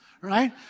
right